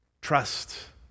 Trust